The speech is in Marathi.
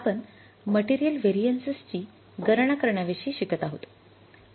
आपण मटेरियल व्हेरिएन्सेसची गणना करण्याविषयी शिकत आहोत